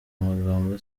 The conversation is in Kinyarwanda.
magambo